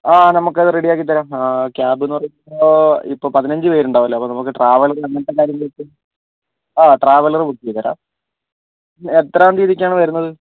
ആ നമുക്കത് റെഡി ആക്കി തരാം ക്യാബ് എന്ന് പറയുമ്പോൾ ഇപ്പോൾ പതിനഞ്ച് പേർ ഉണ്ടാവുമല്ലോ അപ്പോൾ നമുക്ക് ട്രാവലർ അങ്ങനത്തെ കാര്യങ്ങളൊക്കെ ആ ട്രാവലർ ബുക്ക് ചെയ്ത് തരാം എത്രാം തീയതിക്കാണ് വരുന്നത്